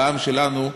בעם שלנו,